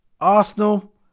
Arsenal